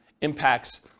impacts